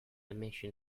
emission